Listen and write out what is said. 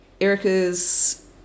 erica's